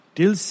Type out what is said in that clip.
Till